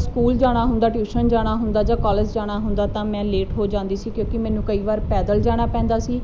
school ਜਾਣਾ ਹੁੰਦਾ tuition ਜਾਣਾ ਹੁੰਦਾ ਜਾਂ ਕਾਲਜ ਜਾਣਾ ਹੁੰਦਾ ਤਾਂ ਮੈਂ ਲੇਟ ਹੋ ਜਾਂਦੀ ਸੀ ਕਿਉਂਕਿ ਮੈਨੂੰ ਕਈ ਵਾਰ ਪੈਦਲ ਜਾਣਾ ਪੈਂਦਾ ਸੀ